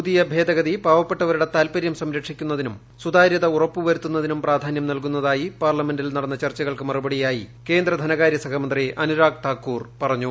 പുതിയു ഭേദ്ദഗതി പാവപ്പെട്ടവരുടെ താല്പര്യം സംരക്ഷിക്കുന്നതിനും സുതാരൂത് ഉറപ്പുവരുത്തുന്നതിനും പ്രാധാന്യം നൽകുന്നതായി പാർലമെന്റിൽ ന്ടന്ന ചർച്ചകൾക്ക് മറുപടിയായി കേന്ദ്ര ധനകാര്യസഹമന്ത്രി അനുർാഗ് താക്കൂർ പറഞ്ഞു